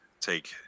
take –